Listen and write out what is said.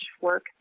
work